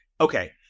Okay